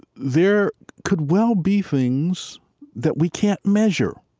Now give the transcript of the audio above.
there could well be things that we can't measure.